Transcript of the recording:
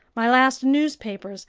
my last newspapers,